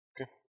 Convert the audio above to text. Okay